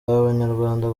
abanyarwanda